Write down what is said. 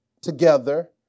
together